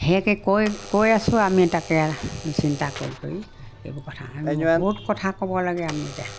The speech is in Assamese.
সেয়েকে কৈ কৈ আছোঁ আমি তাকে চিন্তা কৰি কৰি এইবোৰ কথা আমি বহুত কথা ক'ব লাগে আমি এতিয়া